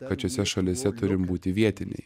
kad šiose šalyse turim būti vietiniai